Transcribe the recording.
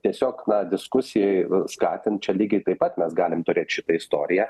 tiesiog na diskusijoj skatint čia lygiai taip pat mes galim turėt šitą istoriją